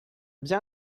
bien